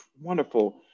wonderful